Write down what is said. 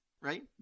right